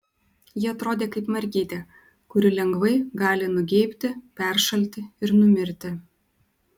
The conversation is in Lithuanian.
ji atrodė kaip mergytė kuri lengvai gali nugeibti peršalti ir numirti